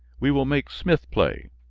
we will make smith play,